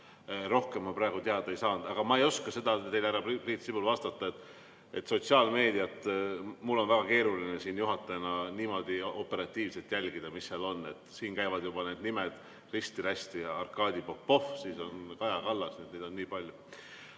Rohkem ma praegu teada ei saanud. Aga ma ei oska teile, härra Priit Sibul, vastata. Sotsiaalmeediat mul on väga keeruline siin juhatajana niimoodi operatiivselt jälgida, mis seal on. Siin käivad juba need nimed risti-rästi: Arkadi Popov, siis on Kaja Kallas ning neid on nii palju.